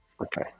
Okay